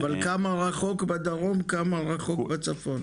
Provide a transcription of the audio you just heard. אבל כמה רחוק בדרום וכמה רחוק בצפון?